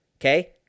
okay